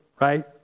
right